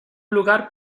lugar